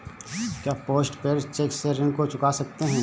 क्या post paid cheque से ऋण को चुका सकते हैं?